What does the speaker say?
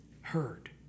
heard